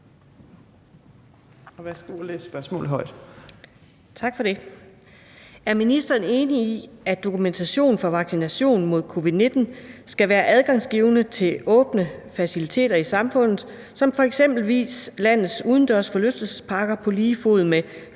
Er ministeren enig i, at dokumentation for vaccination mod covid-19 skal være adgangsgivende til åbne faciliteter i samfundet som eksempelvis landets udendørs forlystelsesparker på lige fod med